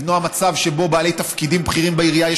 למנוע מצב שבו בעלי תפקידים בכירים בעירייה,